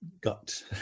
got